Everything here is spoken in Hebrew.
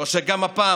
תנו תקווה לתושבי העיר.